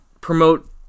promote